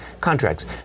contracts